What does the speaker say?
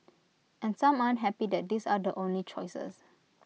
and some aren't happy that these are the only choices